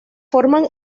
forman